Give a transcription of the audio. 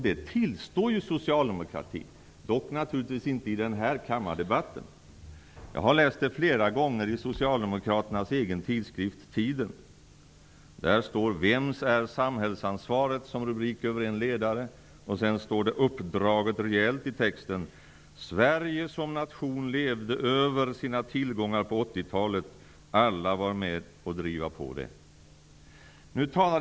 Det tillstår socialdemokratin, dock inte i den här kammardebatten. Jag har läst det flera gånger i socialdemokraternas egen tidskrift Tiden. En ledare har rubriken ''Vems är samhällsansvaret?''. I texten står: ''Sverige som nation levde över sina tillgångar på 80-talet. Alla var med och drev på det.''